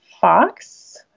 fox